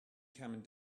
coming